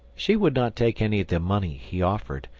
she would not take any of the money he offered,